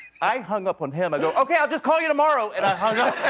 i hung up on him. i go ok, i'll just call you tomorrow, and i hung up.